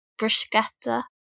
bruschetta